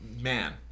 man